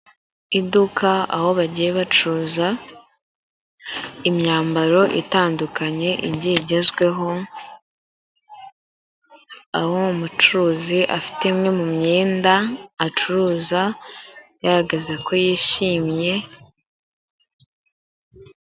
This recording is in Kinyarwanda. Iduka aho bagiye bacuruza, imyambaro itandukanye igiye igezweho, aho umucuruzi afite imwe mu myenda acuruza, agaragaza ko yishimye...